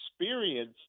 experience